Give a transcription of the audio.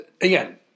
again